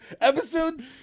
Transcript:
Episode